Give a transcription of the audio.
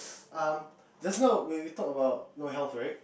um just now when we talk about no health right